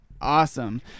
awesome